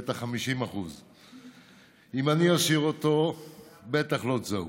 בטח 50%. אם אני אשיר אותו בטח לא תזהו.